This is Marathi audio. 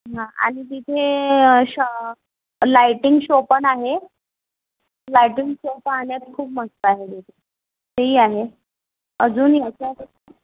हां आणि तिथे श लायटिंग शो पण आहे लायटिंग शो पाहण्यात खूप मस्त आहे ते तेही आहे अजून याच्यात